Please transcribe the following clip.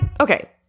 okay